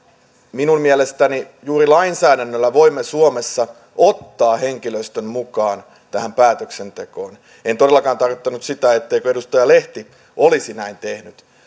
minun mielestäni juuri lainsäädännöllä voimme suomessa ottaa henkilöstön mukaan tähän päätöksentekoon en todellakaan tarkoittanut sitä et teikö edustaja lehti olisi näin tehnyt